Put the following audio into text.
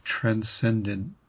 transcendent